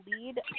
lead